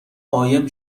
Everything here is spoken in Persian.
قایم